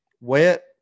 wet